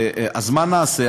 אז מה נעשה,